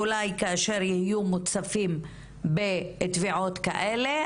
אולי כאשר יהיו מוצפים בתביעות כאלה,